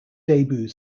debut